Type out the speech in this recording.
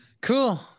cool